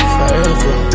Forever